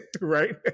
right